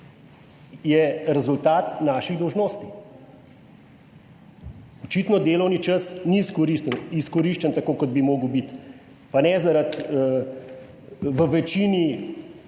je rezultat naših dolžnosti. Očitno delovni čas ni izkoriščen tako, kot bi moral biti, pa ne zaradi v večini